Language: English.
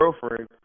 girlfriend